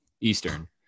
eastern